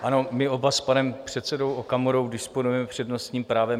Ano, my oba s panem předsedou Okamurou disponujeme přednostním právem.